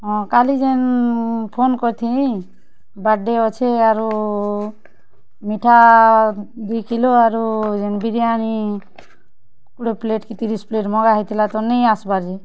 ହଁ କାଲି ଯେନ୍ ଫୋନ୍ କରିଥିନି ବାଡ଼େ ଅଛେ ଆରୁ ମିଠା ଦୁଇ କିଲୋ ଆରୁ ଯେନ୍ ବିରିୟାନୀ କୁଡ଼େ ପ୍ଲେଟ୍ କି ତିରିଶ୍ ପ୍ଲେଟ୍ ମଗାହେଇଥିଲା ତ ନେଇଁ ଆସ୍ବାର୍ ଯେ